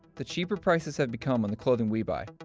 the cheaper prices have become on the clothing we buy,